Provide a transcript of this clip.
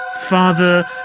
Father